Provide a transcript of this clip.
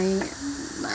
my